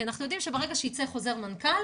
כי אנחנו יודעים שברגע שיצא חוזר מנכ"ל